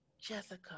Jessica